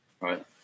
Right